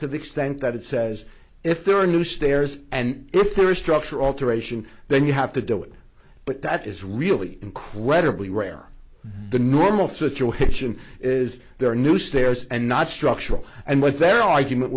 to the extent that it says if there are new stairs and if they restructure alteration then you have to do it but that is really incredibly rare the normal situation is there are new stairs and not structural and what their argument